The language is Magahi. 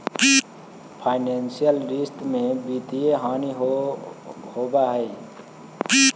फाइनेंसियल रिश्त में वित्तीय हानि होवऽ हई